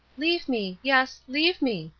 leave me, yes, leave me,